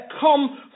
come